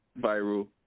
viral